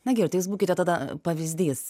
na gerai tai jūs būkite tada pavyzdys